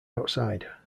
outside